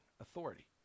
authority